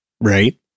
Right